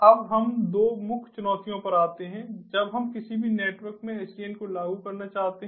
अब हम 2 मुख्य चुनौतियों पर आते हैं जब हम किसी भी नेटवर्क में SDN को लागू करना चाहते हैं